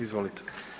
Izvolite.